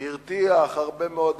שהרתיח הרבה מאוד אנשים: